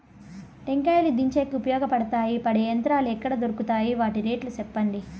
టెంకాయలు దించేకి ఉపయోగపడతాయి పడే యంత్రాలు ఎక్కడ దొరుకుతాయి? వాటి రేట్లు చెప్పండి?